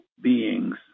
Beings